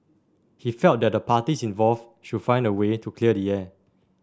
he felt that the parties involved should find a way to clear the air